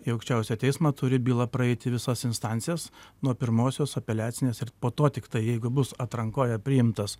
į aukščiausią teismą turi byla praeiti visas instancijas nuo pirmosios apeliacinės ir po to tiktai jeigu bus atrankoje priimtas